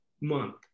month